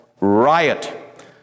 riot